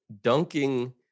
dunking